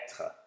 être